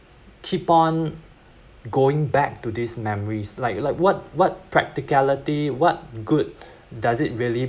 keep on going back to these memories like like what what practicality what good does it really